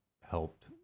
helped